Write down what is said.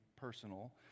personal